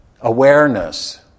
awareness